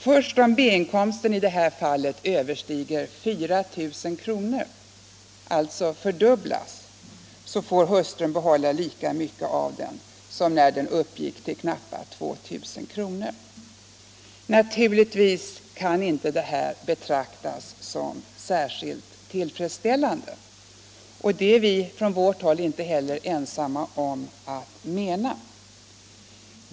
Först om B-inkomsten överstiger 4 000 kr. — alltså fördubblas — får hustrun behålla lika mycket av den som när den uppgick till knappa 2000 kr. Naturligtvis kan inte detta betraktas som särskilt tillfredsställande. Det är vi heller inte ensamma om att mena.